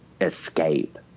escape